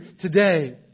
today